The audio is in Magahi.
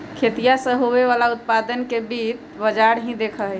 खेतीया से होवे वाला उत्पादन के भी वित्त बाजार ही देखा हई